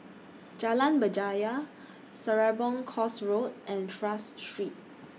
Jalan Berjaya Serapong Course Road and Tras Street